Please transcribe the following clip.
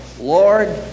Lord